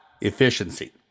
efficiency